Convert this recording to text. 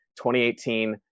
2018